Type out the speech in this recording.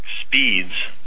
speeds